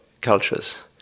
cultures